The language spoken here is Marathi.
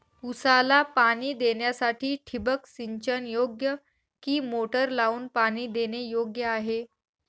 ऊसाला पाणी देण्यासाठी ठिबक सिंचन योग्य कि मोटर लावून पाणी देणे योग्य आहे?